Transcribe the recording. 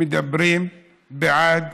מדברים בעד